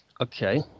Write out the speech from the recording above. Okay